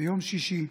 ביום שישי,